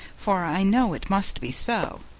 for i know it must be so.